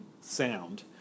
sound